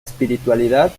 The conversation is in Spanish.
espiritualidad